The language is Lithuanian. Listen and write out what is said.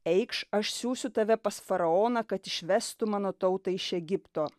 eikš aš siųsiu tave pas faraoną kad išvestum mano tautą iš egipto